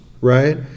right